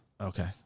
Okay